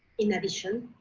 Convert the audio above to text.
in addition,